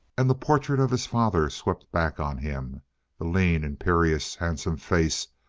and the portrait of his father swept back on him the lean, imperious, handsome face,